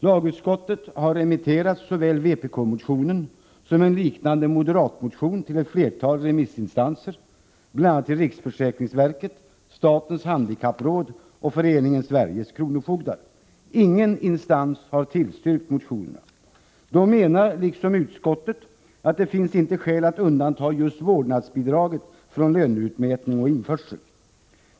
Lagutskottet har remitterat såväl vpkmotionen som en liknande moderatmotion till ett flertal remissinstanser, bl.a. till riksförsäkringsverket, statens handikappråd och Föreningen Sveriges kronofogdar. Ingen instans har tillstyrkt motionerna. De menar liksom utskottet att det inte finns skäl att undanta just vårdnadsbidraget från löneutmätning och införsel.